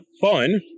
fun